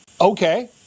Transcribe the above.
Okay